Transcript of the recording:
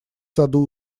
саду